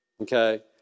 Okay